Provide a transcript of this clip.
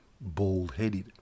bald-headed